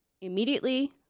immediately